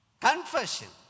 Confession